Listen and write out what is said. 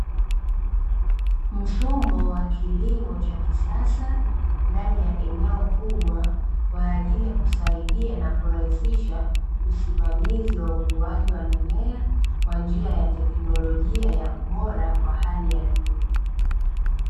Mfumo wa kilimo cha kisasa ndani ya eneo kubwa, kwa ajili ya kusaidia na kurahisisha usimamizi wa ukuaji wa mimea kwa njia ya teknolojia ya ubora wa hali ya juu.